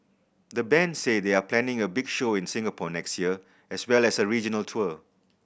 the band say they are planning a big show in Singapore next year as well as a regional tour